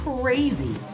crazy